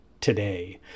today